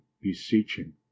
beseeching